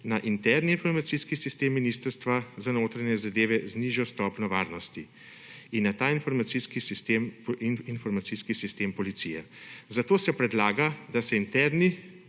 na interni informacijski sistem Ministrstva za notranje zadeve z nižjo stopnjo varnosti in na ta informacijski sistem policije. Zato se predlaga, da se interni